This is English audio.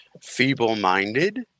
Feeble-minded